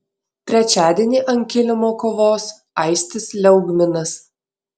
trečiadienį ant kilimo kovos aistis liaugminas